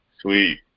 Sweet